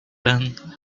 then